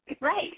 Right